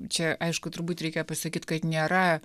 čia aišku turbūt reikia pasakyt kad nėra